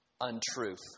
untruth